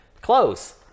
close